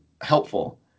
helpful